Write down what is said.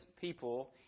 people